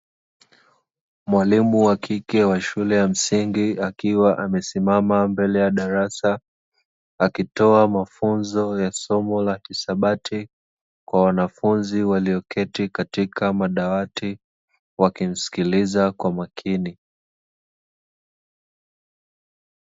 Mwalimu wa kike wa shule ya msingi akiwa amesimama mbele ya darasa akitoa mafunzo ya somo la hisabati, kwa wanafunzi walioketi katika madawati wakimsikiliza kwa makini.